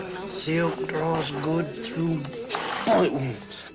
silk draws good through bullet wounds.